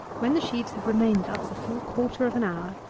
when the sheaves have remained thus a full quarter of an hour,